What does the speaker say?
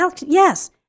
Yes